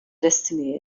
destiny